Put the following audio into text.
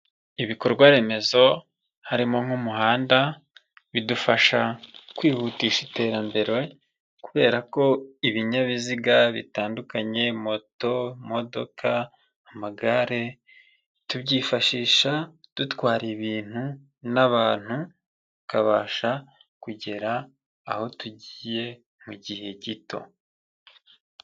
Ibikorwaremezo harimo nk'umuhanda bidufasha kwihutisha iterambere kubera ko ibinyabiziga bitandukanye moto, imodoka, amagare, tubyifashisha dutwara ibintu n'abantu, tukabasha kugera aho tugiye mu gihe gito.